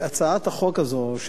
הצעת החוק הזאת,